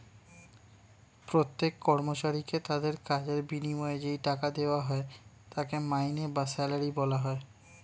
প্রত্যেক কর্মচারীকে তাদের কাজের বিনিময়ে যেই টাকা দেওয়া হয় তাকে মাইনে বা স্যালারি বলা হয়